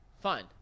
Fine